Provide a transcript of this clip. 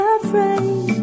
afraid